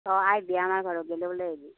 অঁ আহিবি আমাৰ ঘৰত ওলাই আহিবি